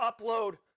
upload